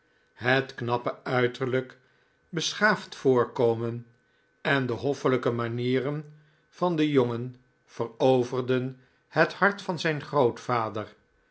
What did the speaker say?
het knappe uiterlijk beschaafd voorkomen en de hoffelijke manieren van den jongen veroverden het hart van zijn grootvader